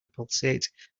pulsate